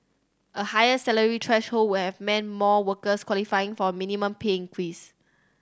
a higher salary threshold would have meant more workers qualifying for a minimum pay increase